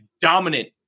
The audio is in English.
dominant